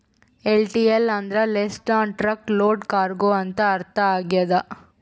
LTL ಅಂದ್ರ less than truck load cargo ಅಂತ ಅರ್ಥ ಆಗ್ಯದ